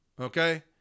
Okay